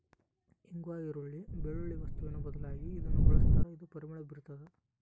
ಇಂಗ್ವಾ ಈರುಳ್ಳಿ, ಬೆಳ್ಳುಳ್ಳಿ ವಸ್ತುವಿನ ಬದಲಾಗಿ ಇದನ್ನ ಬಳಸ್ತಾರ ಇದು ಪರಿಮಳ ಬೀರ್ತಾದ